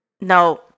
No